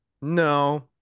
No